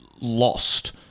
lost